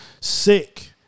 sick